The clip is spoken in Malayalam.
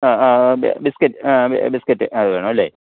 ആ ആ ആ ബിസ്ക്കറ്റ് ആ ബിസ്ക്കറ്റ് അത് വേണമല്ലേ